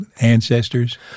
ancestors